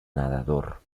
nadador